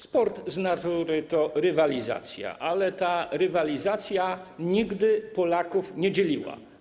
Sport z natury to rywalizacja, ale ta rywalizacja nigdy Polaków nie dzieliła.